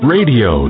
Radio